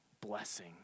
blessing